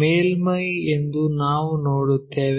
ಮೇಲ್ಮೈ ಎಂದು ನಾವು ನೋಡುತ್ತೇವೆ